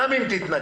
גם אם תתנגד.